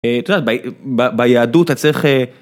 אתה יודע, ביהדות אתה צריך...